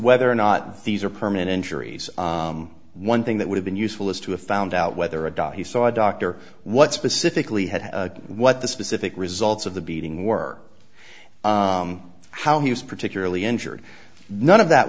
whether or not these are permanent injuries one thing that would have been useful is to have found out whether a da he saw a doctor what specifically had what the specific results of the beating work how he was particularly injured none of that